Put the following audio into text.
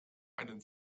einen